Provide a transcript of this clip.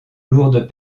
lourdes